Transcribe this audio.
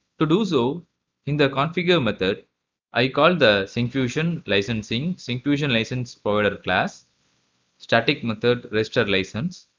to do so in the configure method i call the syncfusion licensing syncfusionlicenseprovider class static method registerlicense.